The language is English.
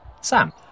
Sam